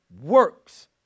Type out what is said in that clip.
works